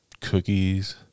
cookies